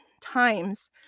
times